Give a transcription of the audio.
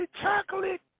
chocolate